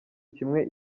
kimwe